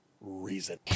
reason